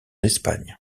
espagne